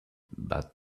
but